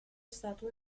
statue